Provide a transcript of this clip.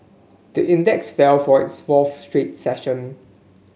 the index fell for its fourth straight session